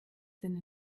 sind